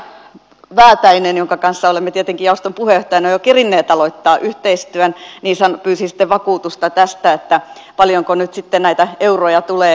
edustaja väätäinen jonka kanssa olemme tietenkin jaoston puheenjohtajana jo kerinneet aloittaa yhteistyön pyysi sitten vakuutusta tästä että paljonko nyt sitten näitä euroja tulee kerrytettyä